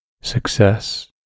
Success